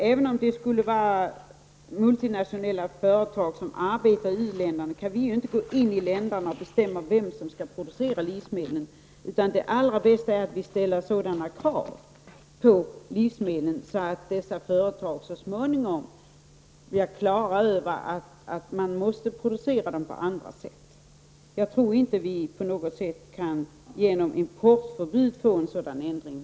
Även om multinationella företag arbetar i U-länderna, kan vi inte där bestämma vilka som skall producera livsmedlen. Det allra bästa är att vi ställer sådana krav på livsmedlen att företagen så småningom blir på det klara med att produktionen måste ske på ett annat sätt. Jag tror inte att vi genom importförbud kan få till stånd ändringar.